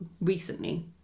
recently